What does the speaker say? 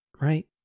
right